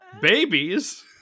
Babies